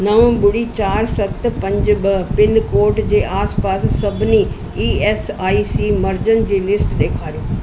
नवं ॿुड़ी चार सत पंज ॿ पिनकोड जे आसपास सभिनी ई एस आई सी मर्क़जनि जी लिस्ट ॾेखारियो